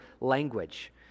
language